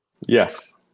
yes